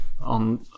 on